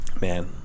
man